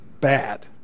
Bad